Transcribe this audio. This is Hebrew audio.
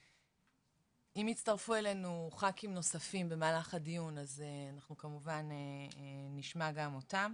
אם יצטרפו אלינו ח"כים נוספים במהלך הדיון אז אנחנו כמובן נשמע גם אותם,